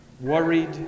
worried